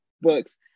books